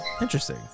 Interesting